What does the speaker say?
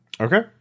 Okay